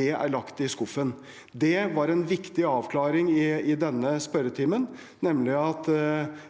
er lagt i skuffen. Det var en viktig avklaring i denne spørretimen, nemlig at